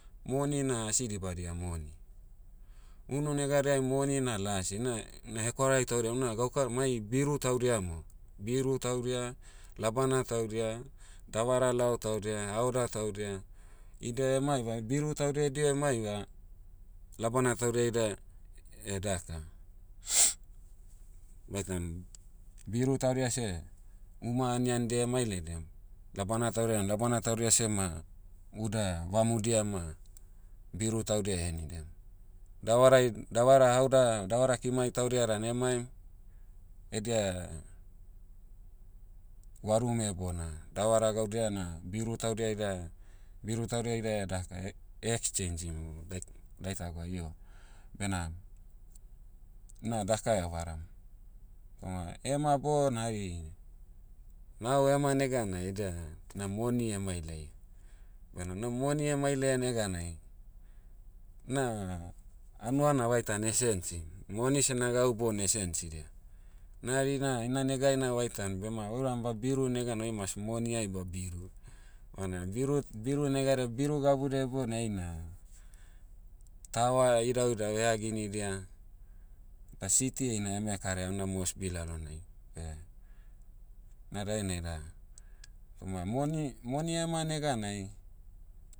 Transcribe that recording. Moni na asi dibadia moni. Unu negadiai moni na lasi na- na hekwarai taudia una- gauka- mai biru taudia mo. Biru taudia, labana taudia, davara lao taudia haoda taudia. Idia emaiva ebiru taudia ediho emaiva, labana taudia ida, daka, vaitan, biru taudia seh, uma aniandia emailaidiam, labana tudia'an labana taudia seh ma, uda vamudia ma, biru taudia ehenidem. Davarai- davara haoda- davara kimai tudia dan emaim, edia, gwarume bona davara gaudia na biru taudia ida- biru taudia ida e daka- e- exchange'im, dai- dai tagwa io. Bena, na daka evaram. Ma, ema bona hari, nao ema neganai idia, na moni emailai. Bena na moni emailaia neganai, na, hanua na vaitan esensi. Moni seh na gau boune esensidia. Na hari na ina negai na vaitan bema ouram babiru neganai oi mas moniai babiru. Ona biru- biru negada- biru gabudiai bona eina, tawa idauidau eha ginidia, da city heina eme karaia una mosbi lalonai. Beh, na dainai da, toma moni- moni ema neganai,